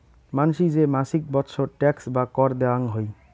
মানসি যে মাছিক বৎসর ট্যাক্স বা কর দেয়াং হই